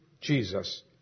Jesus